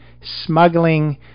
smuggling